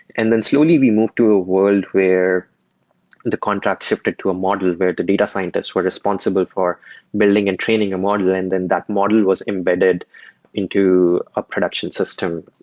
and then slowly we moved to a world where the contract shifted to a model where the data scientist were responsible for building and training a model, and then that model was embedded into a production system.